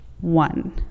one